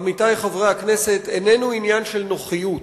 עמיתי חברי הכנסת, איננו עניין של נוחיות,